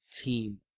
team